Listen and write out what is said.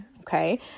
okay